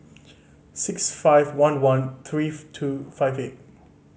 six five one one three two five eight